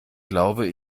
glaube